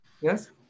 Yes